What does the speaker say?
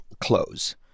close